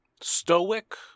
stoic